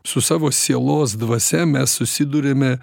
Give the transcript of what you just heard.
su savo sielos dvasia mes susiduriame